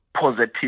positive